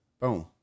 Boom